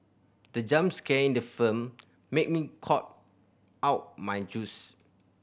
the jump scare in the film made me cough out my juice